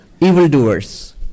evildoers